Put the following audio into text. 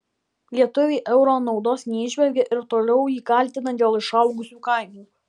lietuviai euro naudos neįžvelgia ir toliau jį kaltina dėl išaugusių kainų